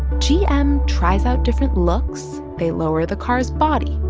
gm tries out different looks. they lower the car's body.